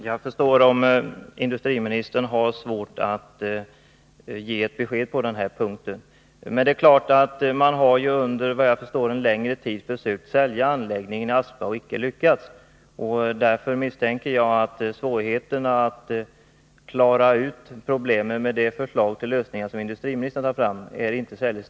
Genom förra regeringens agerande skapades under sommaren 1982 en allt bättre bas, på vilken Lesjöfors AB skulle kunna fortbestå. Regeringsskiftet synes ha inneburit att den positiva utvecklingen stoppats upp och frågan återigen glider in i ett osäkert läge. Detta skulle vara till stort förfång för de anställda och kommunen, då alternativa möjligheter på arbetsmarknaden är ytterligt begränsade.